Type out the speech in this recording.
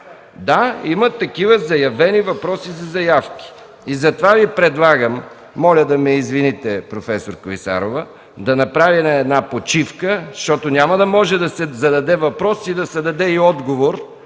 Да, има такива заявки за въпроси. И затова Ви предлагам, моля да ме извините, проф. Клисарова, да направим почивка, защото няма да може да се зададе въпрос и да се даде и отговор